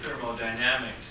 thermodynamics